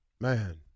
Man